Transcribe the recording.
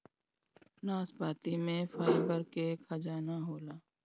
नाशपाती में फाइबर के खजाना होला